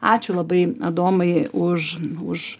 ačiū labai adomai už už